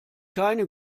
keine